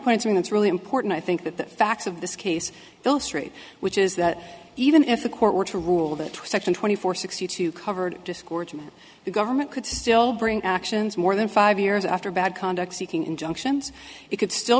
that's really important i think that the facts of this case illustrates which is that even if the court were to rule that section twenty four sixty two covered discord the government could still bring actions more than five years after bad conduct seeking injunctions it could still